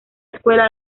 escuela